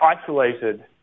isolated